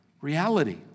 reality